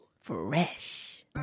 Fresh